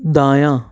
دایاں